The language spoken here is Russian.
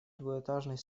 двухэтажный